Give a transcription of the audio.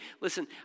Listen